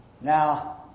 Now